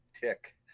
tick